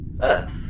Earth